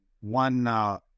one